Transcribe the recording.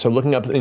so looking up,